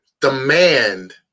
demand